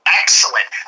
excellent